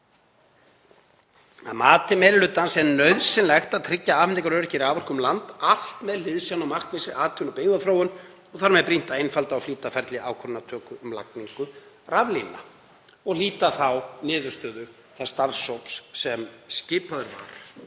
Að mati meiri hlutans er nauðsynlegt að tryggja afhendingaröryggi raforku um land allt með hliðsjón af markvissri atvinnu- og byggðaþróun og þar með brýnt að einfalda og flýta ferli ákvörðunartöku um lagningu raflína, og hlíta þá niðurstöðu þess starfshóps sem skipaður var,